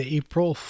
april